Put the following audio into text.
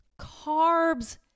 carbs